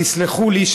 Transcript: תסלחו לי,